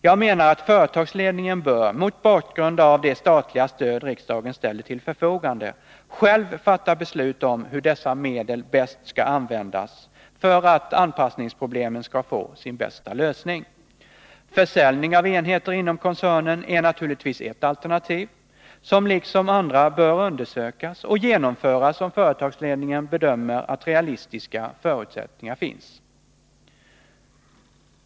Jag menar att företagsledningen bör mot bakgrund av det statliga stöd riksdagen ställer till förfogande själv fatta beslut om hur dessa medel bäst skall användas för att anpassningsproblemen skall få sin bästa lösning. Försäljning av enheter inom koncernen är naturligtvis ett alternativ som liksom andra bör undersökas och genomföras om företagsledningen bedömer att realistiska förutsättningar finns.